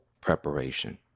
preparation